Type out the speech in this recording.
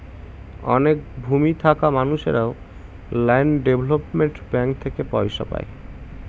অনেক ভূমি থাকা মানুষেরা ল্যান্ড ডেভেলপমেন্ট ব্যাঙ্ক থেকে পয়সা পায়